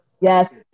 Yes